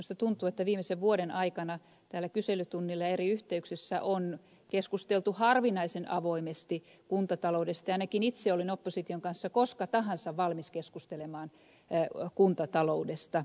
minusta tuntuu että viimeisen vuoden aikana täällä kyselytunnilla eri yhteyksissä on keskusteltu harvinaisen avoimesti kuntataloudesta ja ainakin itse olen opposition kanssa koska tahansa valmis keskustelemaan kuntataloudesta